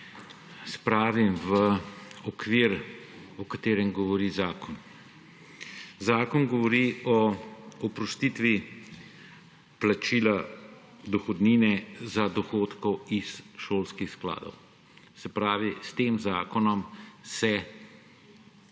spravim v okvir, o katerem govori zakon. Zakon govori o oprostitvi plačila dohodnine za dohodke iz šolskih skladov. Se pravi, s tem zakonom se